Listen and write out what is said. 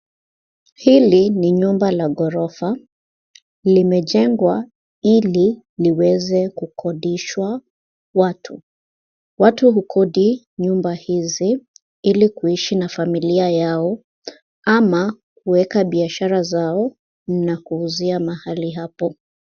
Hili ni nyumba la ghorofa. Limejengwa ili liweze kukodishwa watu. Watu hukodi nyumba hizi ili kuishi na familia yao, ama kuweka biashara zao na kuuzia mahali hapo.